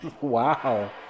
Wow